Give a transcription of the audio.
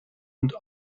und